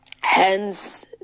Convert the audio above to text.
Hence